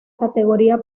categoría